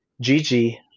Gigi